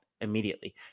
immediately